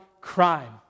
crime